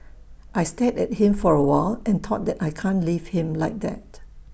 I stared at him for A while and thought that I can't leave him like that